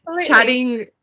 chatting